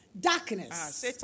darkness